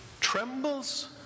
trembles